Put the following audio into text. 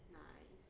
nice